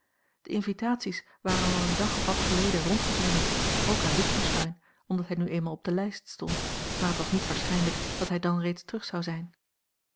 de invitaties waren al een dag of wat geleden rondgezonden ook aan witgensteyn omdat hij nu eenmaal op de lijst stond maar het was niet waarschijnlijk dat hij dan reeds terug zou zijn